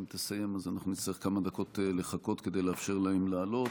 אבל אם תסיים נצטרך לחכות כמה דקות כדי לאפשר להם לעלות.